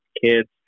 kids